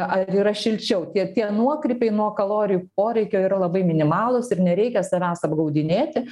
ar yra šilčiau tie tie nuokrypiai nuo kalorijų poreikio yra labai minimalūs ir nereikia savęs apgaudinėti